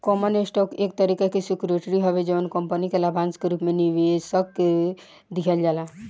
common stock एक तरीका के सिक्योरिटी हवे जवन कंपनी के लाभांश के रूप में निवेशक के दिहल जाला